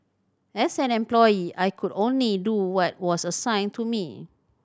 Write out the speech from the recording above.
as an employee I could only do what was assigned to me